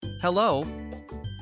Hello